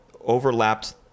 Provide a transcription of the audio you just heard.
overlapped